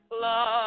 love